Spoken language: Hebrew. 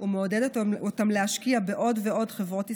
ומעודדת אותם להשקיע בעוד ועוד חברות ישראליות,